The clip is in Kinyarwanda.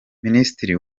minisitiri